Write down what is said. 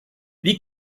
wie